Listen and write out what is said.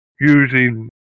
using